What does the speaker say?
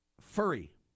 furry